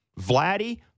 Vladdy